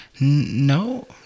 no